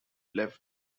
left